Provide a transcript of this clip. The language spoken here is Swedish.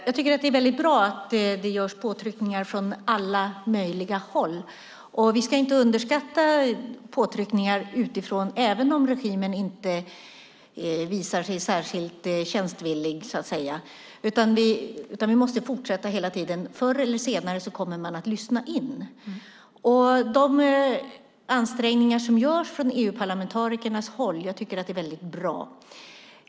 Fru talman! Det är bra att det görs påtryckningar från alla möjliga håll. Vi ska inte underskatta påtryckningar utifrån även om regimen inte visar sig särskilt tjänstvillig så att säga. Vi måste hela tiden fortsätta. Förr eller senare kommer man att lyssna. Jag tycker att de ansträngningar som görs från EU-parlamentarikernas håll är bra.